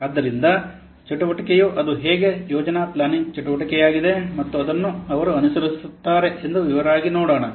ಆದ್ದರಿಂದ ಚಟುವಟಿಕೆಯು ಅದು ಹೇಗೆ ಯೋಜನಾ ಪ್ಲಾನಿಂಗ್ ಚಟುವಟಿಕೆಯಾಗಿದೆ ಮತ್ತು ಅದನ್ನು ಅವರು ಅನುಸರಿಸುತ್ತಾರೆ ಎಂದು ವಿವರವಾಗಿ ನೋಡೋಣ